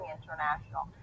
international